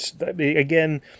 again